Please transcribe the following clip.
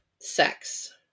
sex